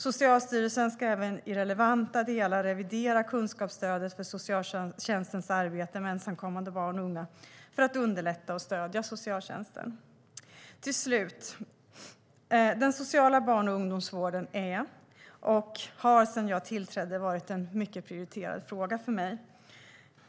Socialstyrelsen ska även i relevanta delar revidera kunskapsstödet för socialtjänstens arbete med ensamkommande barn och unga, för att underlätta och stödja socialtjänsten. Avslutningsvis: Den sociala barn och ungdomsvården är och har sedan jag tillträdde varit en mycket prioriterad fråga för mig.